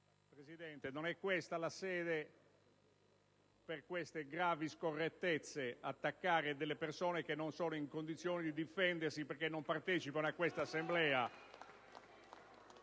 Presidente, non è questa la sede per siffatte gravi scorrettezze: attaccare delle persone che non sono in condizioni di difendersi perché non partecipano a quest'Assemblea.